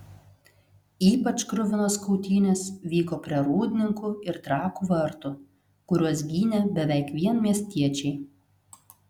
ypač kruvinos kautynės vyko prie rūdninkų ir trakų vartų kuriuos gynė beveik vien miestiečiai